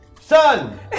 Son